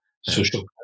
social